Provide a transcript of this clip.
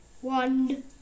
one